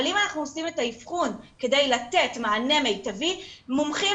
אבל אם אנחנו עושים את האבחון כדי לתת מענה מיטבי מומחים